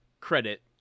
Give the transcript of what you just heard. credit